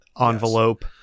envelope